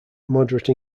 moderate